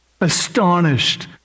astonished